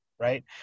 right